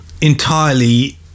entirely